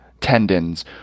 tendons